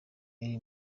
elle